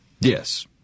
Yes